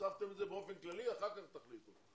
הוספתם את זה באופן כללי, אחר כך תחליטו.